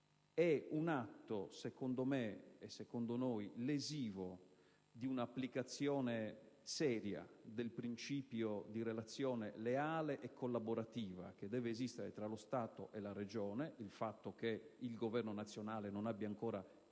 una risposta. È secondo noi lesivo di un'applicazione seria del principio di relazione leale e collaborativa che deve esistere tra lo Stato e la Regione il fatto che il Governo nazionale non abbia ancora chiuso